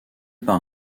par